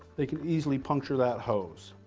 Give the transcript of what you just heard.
they can easily puncture that hose.